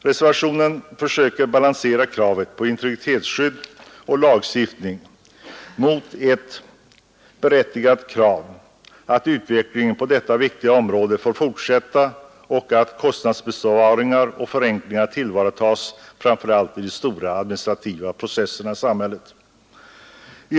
Reservationen försöker balansera kravet på integritetsskydd och lagstiftning mot ett berättigat krav att utvecklingen på detta viktiga område får fortsätta och att kostnadsbesparingar och förenklingar tillvaratas, framför allt i de stora, administrativa processerna i samhället.